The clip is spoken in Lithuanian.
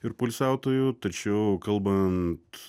ir poilsiautojų tačiau kalbant